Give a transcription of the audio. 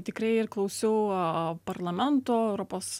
tikrai ir klausiau parlamento europos